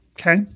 Okay